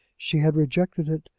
she had rejected it,